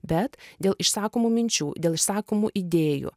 bet dėl išsakomų minčių dėl išsakomų idėjų